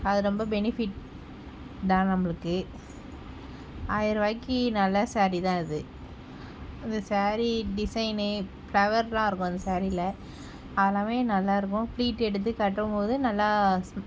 அது ரொம்ப பெனிஃபிட் தான் நம்மளுக்கு ஆயர் ருவாக்கி நல்ல சாரீ தான் அது இது சாரீ டிசைன் ஃப்ளவர்லான் இருக்கும் அந்த சாரீயில் அதலாமே நல்லா இருக்கும் பிளீட் எடுத்து கட்டும்போது நல்லா